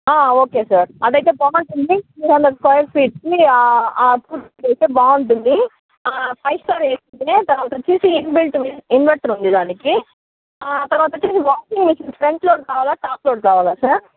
okay sir అదయితే బాగుంటుంది two hundred coins ఇచ్చి బాగుంటుంది ఫైవ్ స్టార్ వేసుకుంటే తరవాత వచ్చేసి ఇన్వర్టర్ ఇన్వర్టర్ ఉంది దానికి తర్వాత వచ్చేసి washing machine front load top load కావాలా సార్